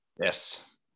Yes